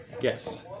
Yes